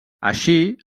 així